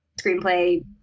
screenplay